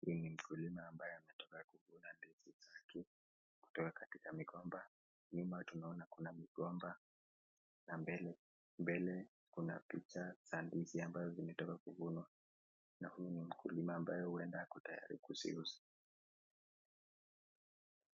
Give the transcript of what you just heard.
Huyu ni mkulima ambaye ametoka kuvuna ndizi zake kutoka katika migomba. Nyuma tunaona kuna migomba na mbele kuna picha za ndizi ambazo zimetoka kuvunwa na huyu ni mkulima ambaye huenda ako tayari kuziuza.